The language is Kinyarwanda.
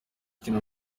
kina